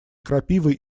крапивой